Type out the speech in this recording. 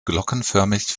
glockenförmig